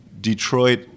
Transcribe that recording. Detroit